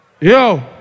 yo